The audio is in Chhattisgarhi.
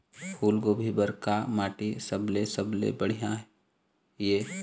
फूलगोभी बर का माटी सबले सबले बढ़िया ये?